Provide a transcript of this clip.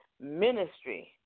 ministry